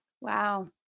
Wow